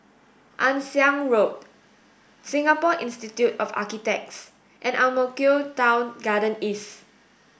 Ann Siang Road Singapore Institute of Architects and Ang Mo Kio Town Garden East